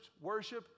worship